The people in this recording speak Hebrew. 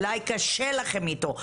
אולי קשה לכם איתו.